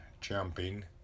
jumping